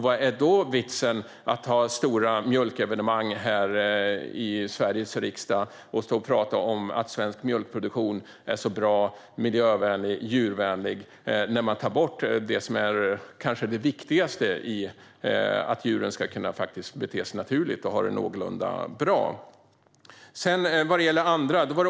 Vad är då vitsen med att ha stora mjölkevenemang här i Sveriges riksdag och prata om att svensk mjölkproduktion är så bra, miljövänlig och djurvänlig när man tar bort kanske det viktigaste, att djuren ska kunna bete sig naturligt och ha det någorlunda bra.